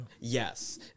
Yes